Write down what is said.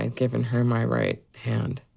and given her my right hand,